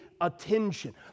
attention